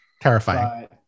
Terrifying